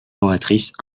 oratrice